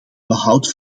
behoud